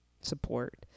Support